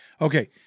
Okay